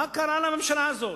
מה קרה לממשלה הזאת?